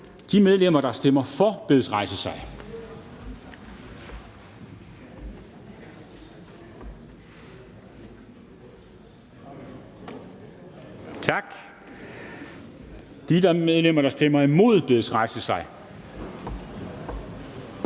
De medlemmer, der stemmer for, bedes rejse sig. Tak. De medlemmer, der stemmer imod, bedes rejse sig. Tak.